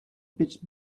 pitch